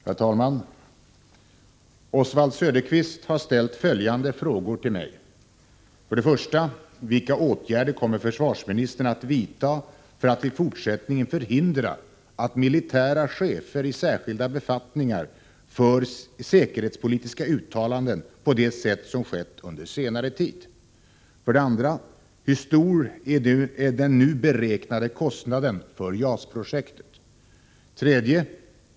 Herr talman! Oswald Söderqvist har ställt följande frågor till mig. 1. Vilka åtgärder kommer försvarsministern att vidta för att i fortsättningen förhindra att militära chefer i särskilda befattningar gör ”säkerhetspolitiska uttalanden” på det sätt som skett under senare tid? 2. Hur stor är den nu beräknade kostnaden för JAS-projektet? 3.